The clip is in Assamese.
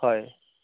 হয়